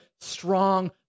strong